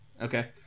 Okay